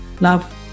Love